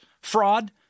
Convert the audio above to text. fraud